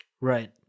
Right